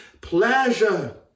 pleasure